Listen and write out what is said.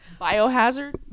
biohazard